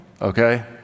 okay